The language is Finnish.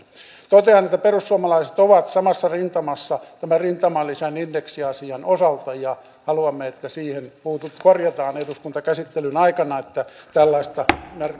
totean että perussuomalaiset ovat samassa rintamassa tämän rintamalisän indeksiasian osalta ja haluamme että se korjataan eduskuntakäsittelyn aikana että tällaista